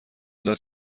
داد